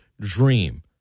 dream